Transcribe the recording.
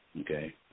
Okay